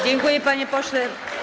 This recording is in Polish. Dziękuję, panie pośle.